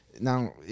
Now